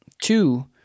two